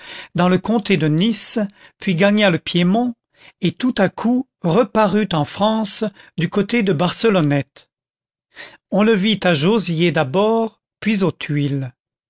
dans le comté de nice puis gagna le piémont et tout à coup reparut en france du côté de barcelonnette on le vit à jauziers d'abord puis aux tuiles